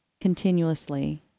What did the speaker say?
continuously